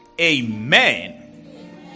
Amen